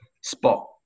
spot